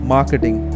Marketing